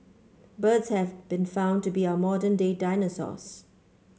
birds have been found to be our modern day dinosaurs